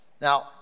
Now